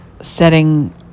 setting